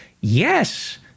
Yes